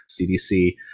CDC